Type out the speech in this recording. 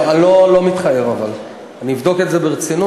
אני לא מתחייב, אבל אני אבדוק את זה ברצינות.